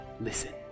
Listen